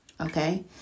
okay